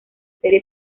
serie